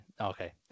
okay